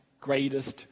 greatest